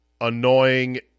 annoying